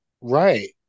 Right